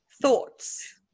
thoughts